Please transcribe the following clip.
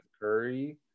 curry